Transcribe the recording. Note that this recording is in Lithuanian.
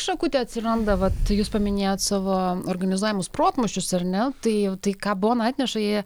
šakutė atsiranda vat jūs paminėjot savo organizuojamus protmūšius ar ne tai tai ką bona atneša ji